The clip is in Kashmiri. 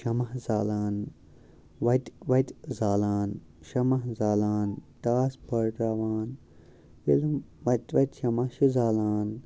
شَمع زالان وَتہِ وَتہِ زالان شَمع زالان ٹاس پٲٹراوان ییٚلہِ وَتہِ وَتہِ شَمع چھِ زالان